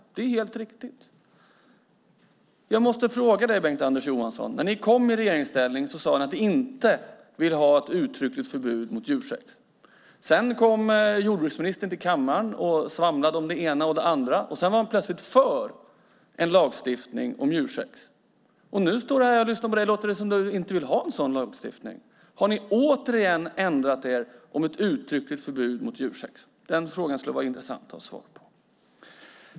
Det är helt riktigt. Jag måste ställa en fråga till dig, Bengt-Anders Johansson. När ni kom i regeringsställning sade ni att ni inte ville ha ett uttryckligt förbud mot djursex. Sedan kom jordbruksministern till kammaren och svamlade om det ena och det andra, och sedan var han plötsligt för en lagstiftning mot djursex. När jag nu lyssnar på dig låter det som om du inte vill ha en sådan lagstiftning. Har ni återigen ändrat er om ett uttryckligt förbud mot djursex? Den frågan skulle det vara intressant att få ett svar på.